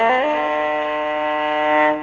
and